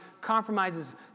compromises